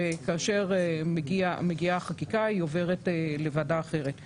וכאשר מגיעה חקיקה היא עוברת לוועדה אחרת.